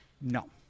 No